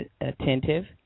attentive